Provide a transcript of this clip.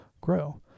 grow